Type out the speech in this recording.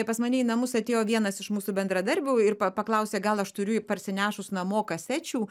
pas mane į namus atėjo vienas iš mūsų bendradarbių ir pa paklausė gal aš turiu parsinešus namo kasečių